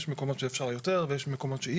יש מקומות שאפשר יותר ויש מקומות שאי